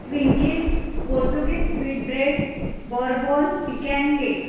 twinkies portuguese sweet bread bourbon pecan cake